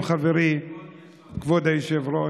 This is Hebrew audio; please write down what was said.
אני מסיים, חברי כבוד היושב-ראש,